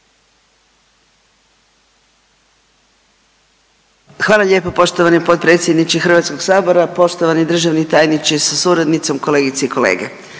Hvala lijepo. Poštovani potpredsjedniče HS-a, poštovani državni tajniče sa suradnicom, kolegice i kolege.